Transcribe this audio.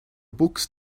books